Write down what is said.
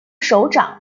首长